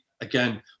again